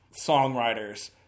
songwriters